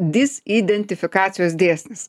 dis identifikacijos dėsnis